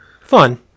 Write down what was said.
Fun